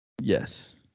Yes